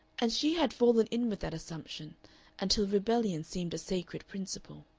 and she had fallen in with that assumption until rebellion seemed a sacred principle.